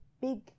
big